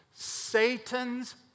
Satan's